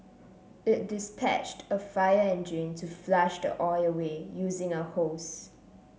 it dispatched a fire engine to flush the oil away using a hose